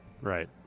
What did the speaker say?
Right